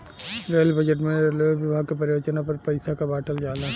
rail budget में railway विभाग क परियोजना पर पइसा क बांटल जाला